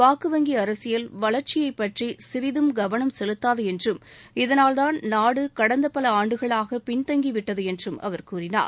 வாக்கு வங்கி அரசியல் வளர்ச்சியைப் பற்றி சிறிதும் கவனம் செலுத்தாது என்றும் இதனால் தான் நாடு கடந்த பல ஆண்டுகளாக பின்தங்கிவிட்டது என்றும் அவர் கூறினார்